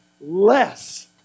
less